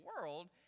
world